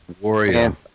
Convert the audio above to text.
Warrior